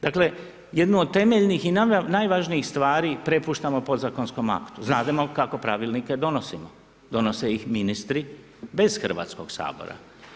Dakle, jednu od temeljnih i najvažnijih stvari prepuštamo podzakonskom aktu, znademo kako pravilnike donosimo, donose ih ministri bez Hrvatskog sabora.